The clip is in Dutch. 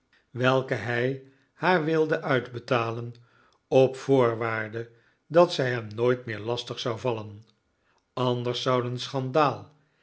welke hij haar wilde uitbetalen op voorwaarde dat zij hem nooit meer lastig zou vallen anders zouden schandaal